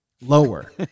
lower